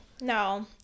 No